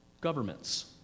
governments